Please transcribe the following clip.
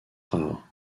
rare